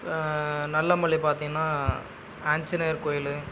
நல்லமலை பார்த்திங்கனா ஆஞ்சநேயர் கோயில்